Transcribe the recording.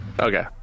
Okay